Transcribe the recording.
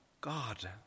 god